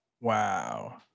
Wow